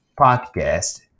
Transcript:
podcast